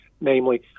namely